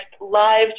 live